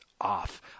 off